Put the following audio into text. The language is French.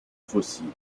fossiles